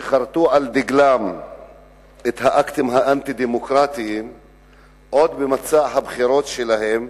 שחרתו על דגלן את האקטים האנטי-דמוקרטיים עוד במצע הבחירות שלהן,